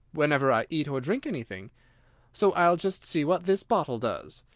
whenever i eat or drink anything so i'll just see what this bottle does.